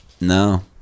No